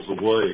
away